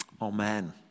Amen